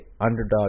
Underdog